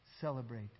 Celebrate